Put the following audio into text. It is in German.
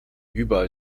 überall